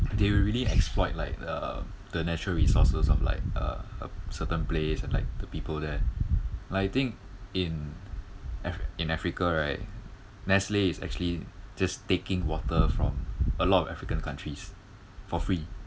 they really exploit like uh the natural resources of like uh a certain place and like the people there like I think in af~ in africa right nestle is actually just taking water from a lot of african countries for free